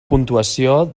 puntuació